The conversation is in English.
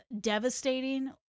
devastating